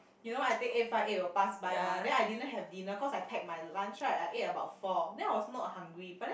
you know I take eight five eight will past by mah then I didn't have dinner cause I packed my lunch right I ate about four then I was not hungry but then